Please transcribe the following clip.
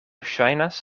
ŝajnas